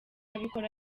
abikora